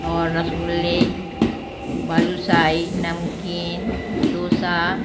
और रसगुल्ले बालुशाही नमकीन दोसा